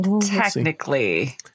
Technically